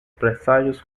presságios